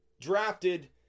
drafted